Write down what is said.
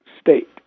state